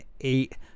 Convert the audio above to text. eight